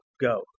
go